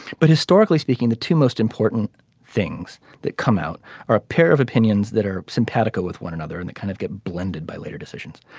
but historically speaking the two most important things that come out are a pair of opinions that are simpatico with one another and kind of get blended by later decisions.